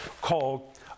called